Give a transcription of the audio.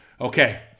Okay